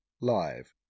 live